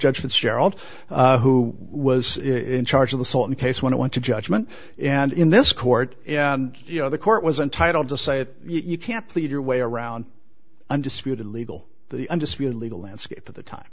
judgments gerald who was in charge of the saw the case when it went to judgment and in this court you know the court was entitled to say that you can't plead your way around undisputed legal the undisputed legal landscape of the time